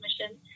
mission